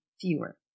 fewer